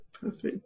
Perfect